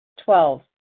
Twelve